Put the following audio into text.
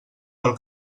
per